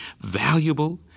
valuable